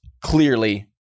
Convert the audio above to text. clearly